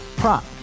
prop